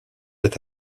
est